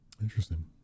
interesting